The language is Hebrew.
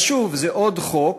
אז שוב, זה עוד חוק